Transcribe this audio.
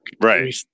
Right